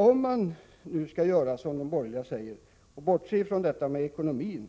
Om man nu gör som de borgerliga vill, alltså bortser från ekonomin